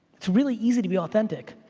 it's really easy to be authentic.